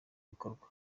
bikorwa